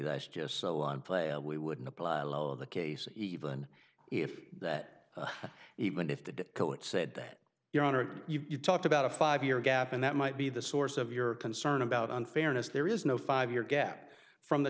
that's just so on player we wouldn't apply the case even if that even if the coach said that your honor you talked about a five year gap and that might be the source of your concern about unfairness there is no five year gap from the